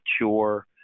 mature